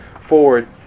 forward